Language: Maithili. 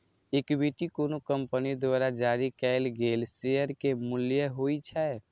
इक्विटी कोनो कंपनी द्वारा जारी कैल गेल शेयर के मूल्य होइ छै